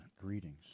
Greetings